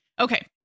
Okay